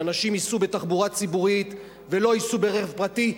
שאנשים ייסעו בתחבורה ציבורית ולא ייסעו ברכב פרטי.